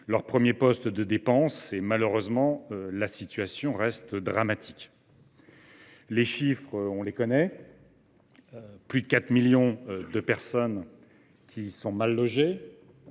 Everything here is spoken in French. leur premier poste de dépense. Malheureusement, la situation reste dramatique. Nous connaissons les chiffres : plus de 4 millions de personnes sont mal logées